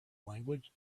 language